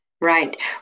right